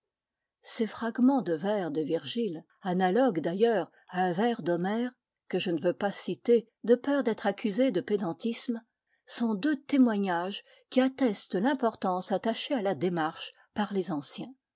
ces fragments de vers de virgile analogues d'ailleurs à un vers d'homère que je ne veux pas citer de peur d'être accusé de pédantisme sont deux témoignages qui attestent l'importance attachée à la démarche par les anciens